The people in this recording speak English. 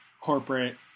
corporate